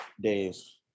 days